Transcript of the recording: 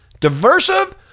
diversive